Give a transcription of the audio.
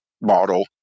model